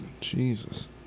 Jesus